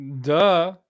Duh